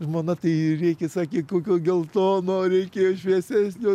žmona tai reikia sakė kokio geltono reikėjo šviesesnio